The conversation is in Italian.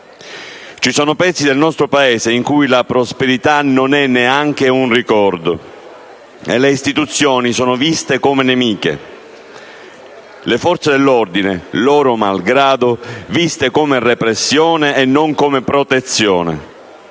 Ci sono pezzi del nostro Paese in cui la prosperità non è neanche un ricordo, le istituzioni sono viste come nemiche e le forze dell'ordine - loro malgrado - come repressione e non come protezione.